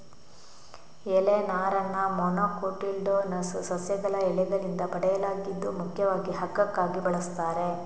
ಎಲೆ ನಾರನ್ನ ಮೊನೊಕೊಟಿಲ್ಡೋನಸ್ ಸಸ್ಯಗಳ ಎಲೆಗಳಿಂದ ಪಡೆಯಲಾಗಿದ್ದು ಮುಖ್ಯವಾಗಿ ಹಗ್ಗಕ್ಕಾಗಿ ಬಳಸ್ತಾರೆ